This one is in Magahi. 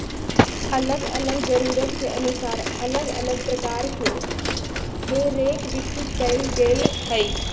अल्लग अल्लग जरूरत के अनुसार अल्लग अल्लग प्रकार के हे रेक विकसित कएल गेल हइ